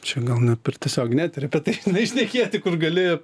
čia gal ne per tiesioginį eterį apie tai šnekėti kur gali